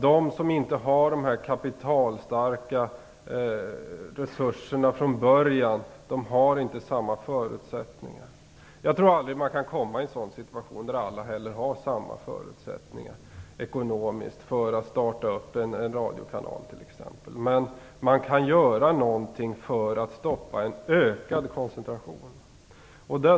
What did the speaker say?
De som inte har kapitalstarka ägare och dessa resurser från början har inte samma förutsättningar. Jag tror aldrig att man kan komma i en sådan situation där alla har samma förutsättningar ekonomiskt för att starta t.ex. en radiokanal. Men man kan göra någonting för att stoppa en ökad koncentration.